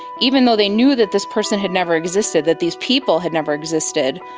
even though they knew that this person had never existed, that these people had never existed,